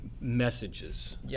messages